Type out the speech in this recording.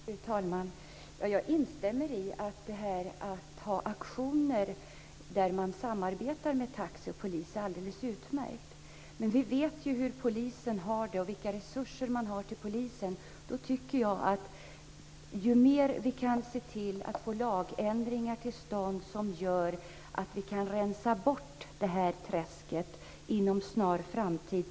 Fru talman! Jag instämmer i att det är alldeles utmärkt att ha aktioner där man samarbetar inom taxi och polis. Men vi vet ju hur polisen har det och vilka resurser som polisen har. Jag tycker därför att det vore lyckligast ju mer vi kan se till att få till stånd lagändringar som gör att vi på olika sätt kan rensa bort träsket inom en snar framtid.